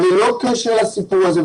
אבל ללא קשר לסיפור הזה,